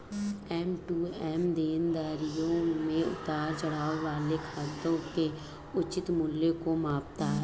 M to M देनदारियों में उतार चढ़ाव वाले खातों के उचित मूल्य को मापता है